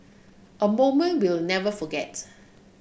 a moment we'll never forget